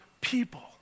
people